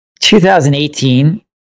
2018